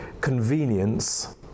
convenience